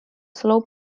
slow